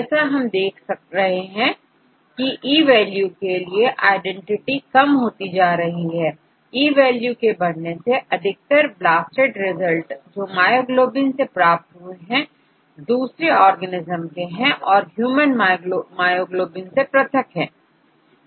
जैसा आप देख रहे हैं की ई वैल्यू के साथ आईडेंटिटी कम होती जा रही है ई वैल्यू के बढ़ने से अधिकतर ब्लास्टेड रिजल्ट जो मायोग्लोबिन से प्राप्त हुए हैं दूसरे ऑर्गेनिस्म के है और ह्यूमन मायोग्लोबिन से पृथक है